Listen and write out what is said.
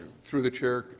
through the chair,